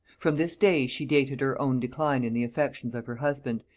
from this day she dated her own decline in the affections of her husband,